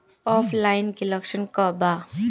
ऑफलाइनके लक्षण क वा?